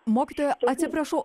mokytoja atsiprašau